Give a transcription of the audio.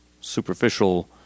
superficial